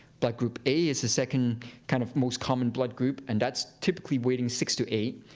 but group a is the second kind of most common blood group, and that's typically waiting six to eight.